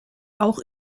auch